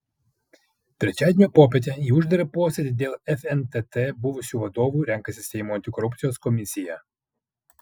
trečiadienio popietę į uždarą posėdį dėl fntt buvusių vadovų renkasi seimo antikorupcijos komisija